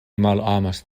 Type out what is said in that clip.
malamas